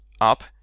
up